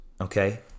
okay